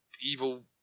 evil